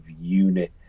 unit